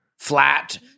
Flat